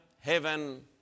heaven